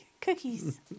cookies